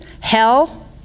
hell